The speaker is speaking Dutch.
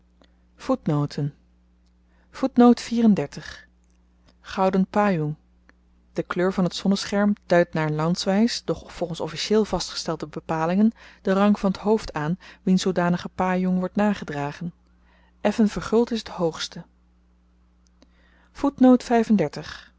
gouden pajong de kleur van t zonnescherm duidt naar landswys doch volgens officieel vastgestelde bepalingen den rang van t hoofd aan wien zoodanige pajong wordt nagedragen effen verguld is t hoogste